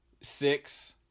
six